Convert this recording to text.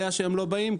הם לא באים,